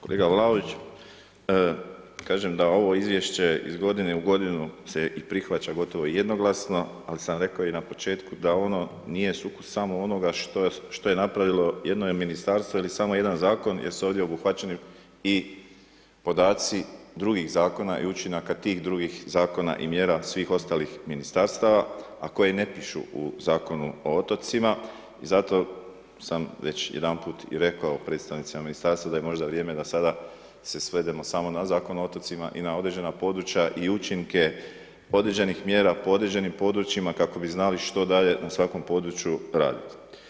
Kolega Vlaović, kažem da ovo izvješće iz godine u godinu se i prihvaća gotovo jednoglasno, ali sam rekao i na početku da ono nije sukus samo onoga što je napravilo jedno ministarstvo ili samo jedan zakon jer su ovdje obuhvaćeni i podaci drugih zakona i učinaka tih drugih zakona i mjera svih ostalih ministarstava, a koji ne pišu u Zakonu o otocima i zato sam već jedanput rekao i predstavnicima ministarstva da je možda vrijeme da se svedemo samo na Zakon o otocima i na određena područja i učinke određenih mjera po određenim područjima, kako bi znali što dalje na svakom području radit.